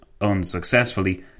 unsuccessfully